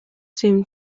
seem